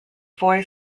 four